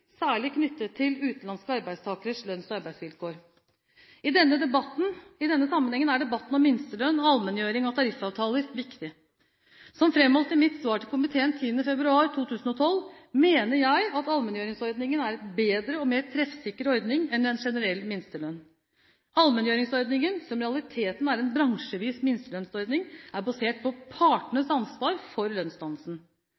særlig knyttet til utenlandske arbeidstakeres lønns- og arbeidsvilkår. I denne sammenhengen er debatten om minstelønn og allmenngjøring av tariffavtaler viktig. Som framholdt i mitt svar til komiteen 10. februar 2012 mener jeg at allmenngjøringsordningen er en bedre og mer treffsikker ordning enn en generell minstelønn. Allmenngjøringsordningen, som i realiteten er en bransjevis minstelønnsordning, er basert på